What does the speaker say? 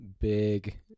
big